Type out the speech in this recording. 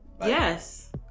yes